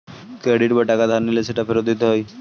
credit বা টাকা ধার নিলে সেটা ফেরত দিতে হয়